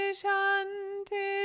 shanti